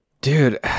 Dude